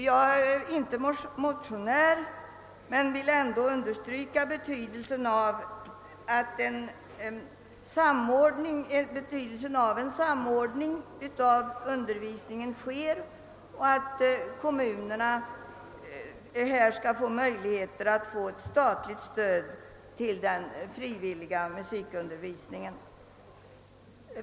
Jag är inte motionär i detta ärende, men jag vill ändå understryka betydelsen av att en samordning av musikundervisningen sker och av att kommunerna skall få möjligheter att erhålla statligt stöd för sin frivilliga musikundervisning.